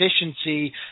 efficiency